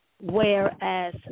whereas